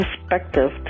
perspective